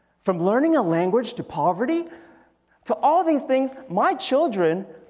from learning a language to poverty to all these things. my children,